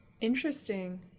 Interesting